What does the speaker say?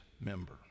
member